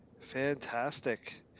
Fantastic